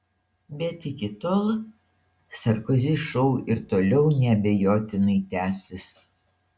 bet iki tol sarkozy šou ir toliau neabejotinai tęsis